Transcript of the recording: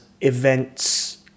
events